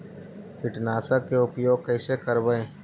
कीटनाशक के उपयोग कैसे करबइ?